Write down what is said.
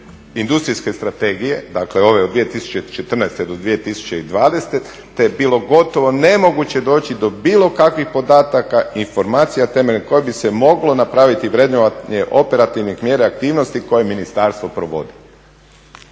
industrijske strategije, dakle ove od 2014. do 2020. te je bilo gotovo nemoguće doći do bilo kakvih podataka i informacija temeljem kojih bi se moglo napraviti vrednovanje operativnih mjera, aktivnosti koje je ministarstvo provodi."